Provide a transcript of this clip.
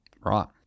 Right